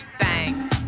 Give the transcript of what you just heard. Bang